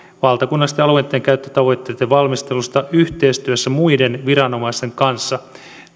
valtakunnallisten alueidenkäyttötavoitteiden valmistelusta yhteistyössä muiden viranomaisten kanssa